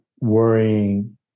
worrying